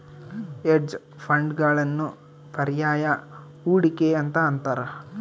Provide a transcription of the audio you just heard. hedge ಫಂಡ್ಗಳನ್ನು ಪರ್ಯಾಯ ಹೂಡಿಕೆ ಅಂತ ಅಂತಾರ